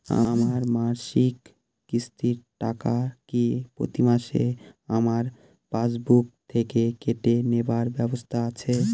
আমার মাসিক কিস্তির টাকা কি প্রতিমাসে আমার পাসবুক থেকে কেটে নেবার ব্যবস্থা আছে?